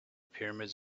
pyramids